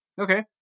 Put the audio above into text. Okay